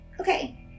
okay